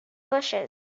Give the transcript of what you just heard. bushes